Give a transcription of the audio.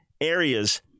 areas